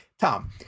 Tom